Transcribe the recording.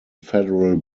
federal